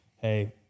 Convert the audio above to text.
hey